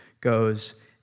goes